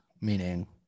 Meaning